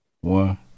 one